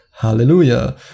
hallelujah